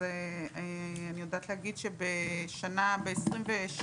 אני יודעת להגיד שבשנת 22'